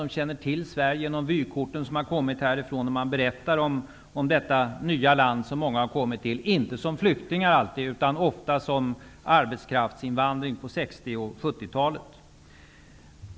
De känner till Sverige genom vykorten som har kommit härifrån och vad man har berättat för dem om det nya landet som man har kommit till, inte alltid som flyktingar utan ofta genom arbetskraftsinvandring på 60 och 70-talet.